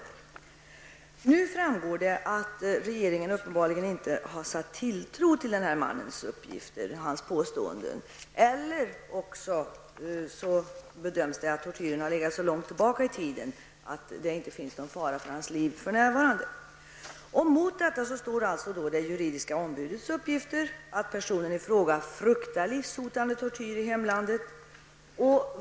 Det framgår nu att regeringen uppenbarligen inte har satt tilltro till den här mannens uppgifter, eller att man bedömer det som att tortyren ligger så långt tillbaka i tiden att det för närvarande inte finns någon fara för mannens liv. Det juridiska ombudets uppgifter är dock motstridiga, nämligen att personen i fråga fruktar livshotande tortyr i hemlandet.